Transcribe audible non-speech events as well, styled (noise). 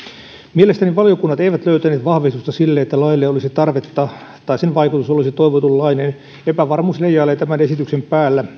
mielestäni valiokunnat eivät löytäneet vahvistusta sille että laille olisi tarvetta tai sen vaikutus olisi toivotunlainen epävarmuus leijailee tämän esityksen päällä (unintelligible)